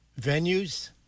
venues